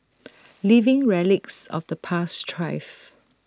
living relics of the past thrive